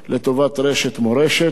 שקלים לטובת רשת "מורשת".